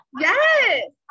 yes